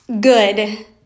good